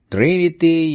Trinity